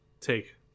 take